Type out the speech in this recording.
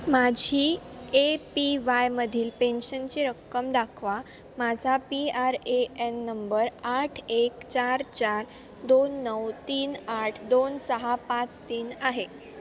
माझी A P वायमधील पेन्शनची रक्कम दाखवा माझा P R A N number आठ एक चार चार दोन नऊ तीन आठ दोन सहा पाच तीन आहे